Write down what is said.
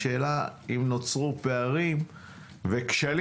השאלה היא האם נוצרו פערים וכשלים.